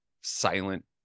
silent